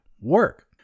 Work